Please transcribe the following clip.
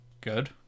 Good